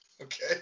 okay